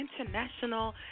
International